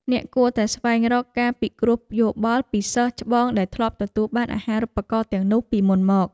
អ្នកគួរតែស្វែងរកការពិគ្រោះយោបល់ពីសិស្សច្បងដែលធ្លាប់ទទួលបានអាហារូបករណ៍ទាំងនោះពីមុនមក។